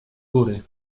góry